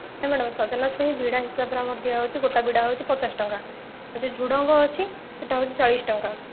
madam ସଜନା ଛୁଇଁ ବିଡ଼ା ହିସାବରେ ଆମର ଦିଆ ହେଉଛି ଗୋଟା ବିଡ଼ା ହେଉଛି ପଚାଶ ଟଙ୍କା ସେ ଝୁଡଙ୍ଗ ଅଛି ସେଟା ହେଉଛି ଚାଳିଶ ଟଙ୍କା